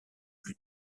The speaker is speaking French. plus